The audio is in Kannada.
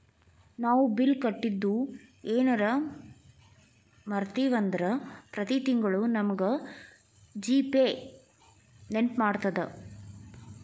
ನಾವು ಬಿಲ್ ಕಟ್ಟಿದ್ದು ಯೆನರ ಮರ್ತ್ವಿ ಅಂದ್ರ ಪ್ರತಿ ತಿಂಗ್ಳು ನಮಗ ಜಿ.ಪೇ ನೆನ್ಪ್ಮಾಡ್ತದ